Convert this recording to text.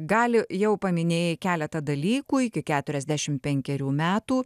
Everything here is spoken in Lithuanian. gali jau paminėjai keletą dalykų iki keturiasdešim penkerių metų